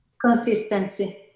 Consistency